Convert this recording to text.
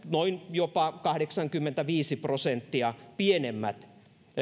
jopa noin kahdeksankymmentäviisi prosenttia pienemmät